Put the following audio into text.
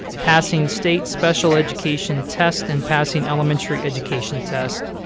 passing state special education tests and passing elementary education tests.